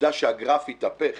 העובדה שהגרף התהפך